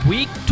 Week